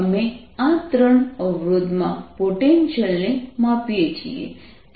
અમે આ ત્રણ અવરોધ માં પોટેન્ટિઅલને માપીએ છીએ